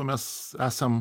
mes esam